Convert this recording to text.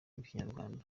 rw’ikinyarwanda